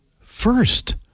first